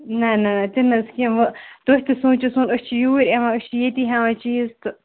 نَہ نَہ نَہ تہِ نَہ حظ کیٚنٛہہ وۄنۍ تُہۍ تہِ سونٛچِو سوٗن أسۍ چھِ یوٗرۍ یِوان أسۍ چھِ ییٚتی ہیٚوان چیٖز تہِ